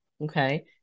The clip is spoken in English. Okay